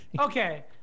okay